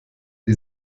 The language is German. die